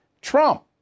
Trump